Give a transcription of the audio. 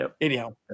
anyhow